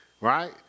right